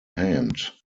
hand